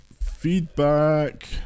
Feedback